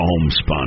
homespun